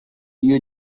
you